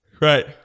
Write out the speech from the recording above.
Right